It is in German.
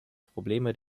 probleme